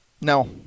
No